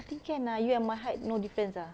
I think can ah you and my height no difference ah